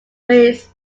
his